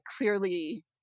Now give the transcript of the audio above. clearly